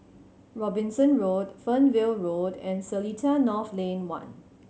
Robinson Road Fernvale Road and Seletar North Lane One